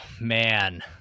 man